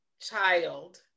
child